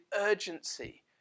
urgency